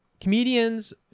comedians